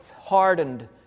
hardened